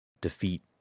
defeat